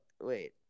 wait